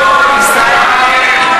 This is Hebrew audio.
נגד אורלי לוי